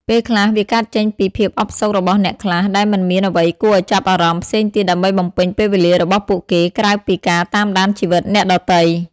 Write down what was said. ពេលខ្លះវាកើតចេញពីភាពអផ្សុករបស់អ្នកខ្លះដែលមិនមានអ្វីគួរឱ្យចាប់អារម្មណ៍ផ្សេងទៀតដើម្បីបំពេញពេលវេលារបស់ពួកគេក្រៅពីការតាមដានជីវិតអ្នកដទៃ។